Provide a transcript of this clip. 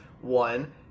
one